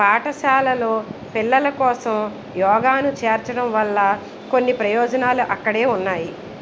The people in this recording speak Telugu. పాఠశాలలో పిల్లల కోసం యోగాను చేర్చడం వల్ల కొన్ని ప్రయోజనాలు అక్కడే ఉన్నాయి